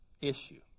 issue